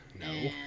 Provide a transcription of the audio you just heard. No